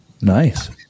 Nice